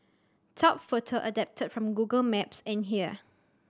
top photo adapted from Google Maps and here